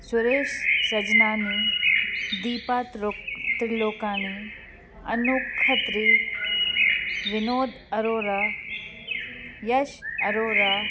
सुरेश सजनानी दीपा त्रिप त्रिलोकाणी अनूप खत्री विनोद अरोड़ा यश अरोड़ा